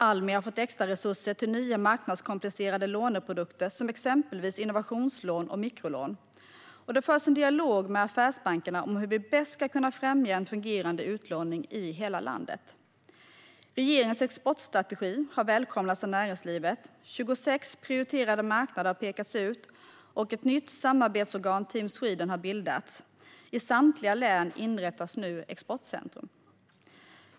Almi har fått extra resurser till nya marknadskompletterande låneprodukter som exempelvis innovationslån och mikrolån, och det förs en dialog med affärsbankerna om hur vi bäst ska kunna främja en fungerande utlåning i hela landet. Regeringens exportstrategi har välkomnats av näringslivet. 26 prioriterade marknader har pekats ut, och ett nytt samarbetsorgan, Team Sweden, har bildats. I samtliga län inrättas nu exportcentrum.